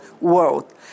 world